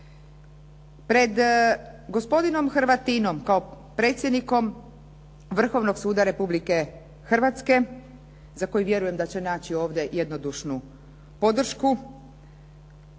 Pred gospodinom Hrvatinom kao predsjednikom Vrhovnog suda Republike Hrvatske za koji vjerujem da će naći ovdje jednodušnu podršku,